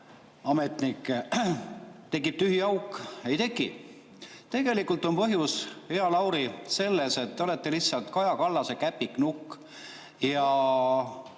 et tekib tühi auk. Ei teki. Tegelikult on põhjus, hea Lauri, selles, et te olete lihtsalt Kaja Kallase käpiknukk.